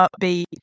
upbeat